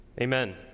Amen